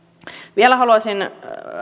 vielä haluaisin